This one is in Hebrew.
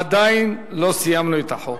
עדיין לא סיימנו את החוק